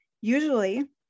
Usually